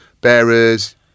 bearers